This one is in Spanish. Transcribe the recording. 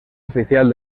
oficial